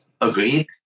Agreed